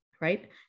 right